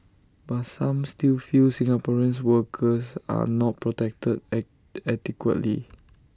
but some still feel Singaporeans workers are not protected adequately